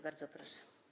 Bardzo proszę.